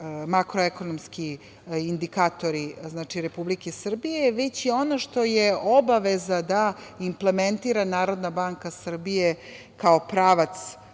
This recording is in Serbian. makroekonomski indikatori Republike Srbije, već i ono što je obaveza da implementira Narodna banka Srbije kao pravac,